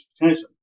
education